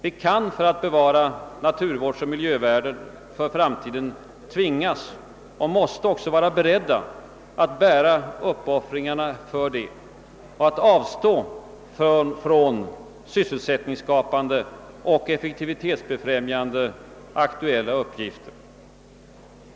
Vi kan, för att bevara naturvårdsoch miljövärden för framtiden, tvingas — och måste också vara beredda att bära uppoffringarna härför — att avstå från sysselsättningsskapande och effektivitetsfrämjande aktuella uppgifter.